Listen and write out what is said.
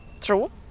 True